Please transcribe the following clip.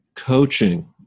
Coaching